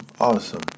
awesome